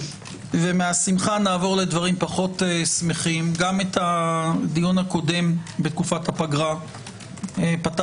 ומהשמחה נעבור לדברים פחות שמחים גם את הדיון הקודם בפתיחת הפגרה פתחתי